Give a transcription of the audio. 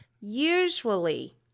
usually